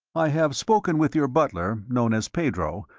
i have spoken with your butler, known as pedro,